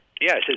yes